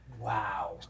Wow